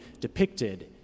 depicted